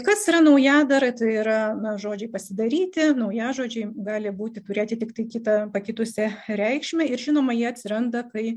kas yra naujadarai tai yra na žodžiai pasidaryti naujažodžiai gali būti turėti tiktai kitą pakitusią reikšmę ir žinoma jie atsiranda kai